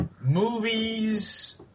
Movies